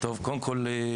קודם כל,